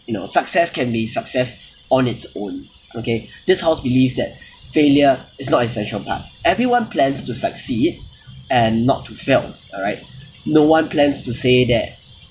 you know success can be success on its own okay this house believes that failure is not essential part everyone plans to succeed and not to fail alright no one plans to say that